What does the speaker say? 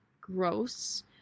gross